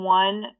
one